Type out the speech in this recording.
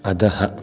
अधः